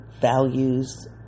values